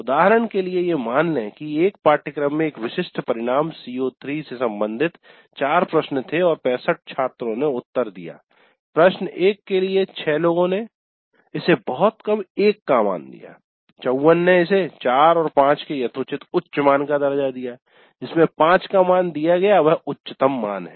उदाहरण के लिए ये मान लें कि एक पाठ्यक्रम में एक विशिष्ट परिणाम "CO3" से संबंधित चार प्रश्न थे और 65 छात्रों ने उत्तर दिया प्रश्न 1 के लिए 6 लोगों ने इसे बहुत कम 1 का मान दिया 54 ने इसे 4 और 5 के यथोचित उच्च मान का दर्जा दिया जिसे 5 का मान किया गया वह उच्चतम मान है